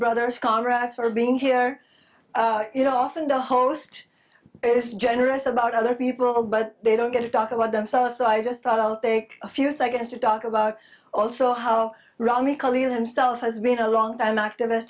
brothers comrades for being here you know often the host is generous about other people but they don't get to talk about themselves so i just thought i'll take a few seconds to talk about also how romney clearly himself has been a long time activist